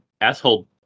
Asshole